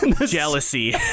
Jealousy